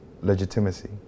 legitimacy